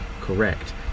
Correct